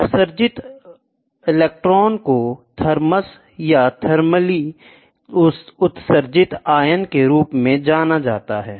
उत्सर्जित इलेक्ट्रॉनों को थर्मस या थर्मली उत्सर्जित आयन के रूप में जाना जाता है